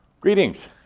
Greetings